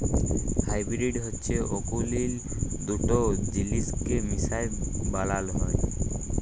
hybrid হছে অকুলীল দুট জিলিসকে মিশায় বালাল হ্যয়